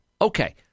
Okay